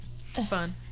Fun